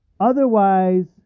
Otherwise